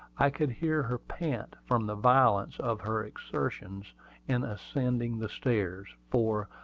i could hear her pant from the violence of her exertions in ascending the stairs, for,